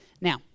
Now